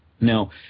now